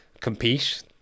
compete